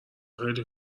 خیلی